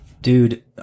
dude